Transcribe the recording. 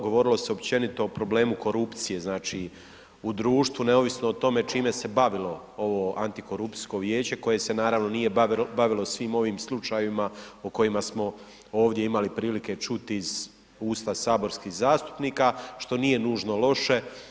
Govorilo se općenito o problemu korupcije znači u društvu neovisno o tome čime se bavilo ovo antikorupcijsko vijeće, koje se naravno nije bavilo svim ovim slučajevima o kojima smo ovdje imali prilike čuti iz usta saborskih zastupnika, što nije nužno loše.